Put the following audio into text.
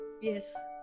Yes